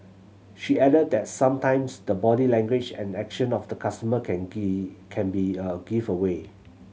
she added that sometimes the body language and action of the customer can can be a giveaway